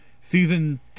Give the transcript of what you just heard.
Season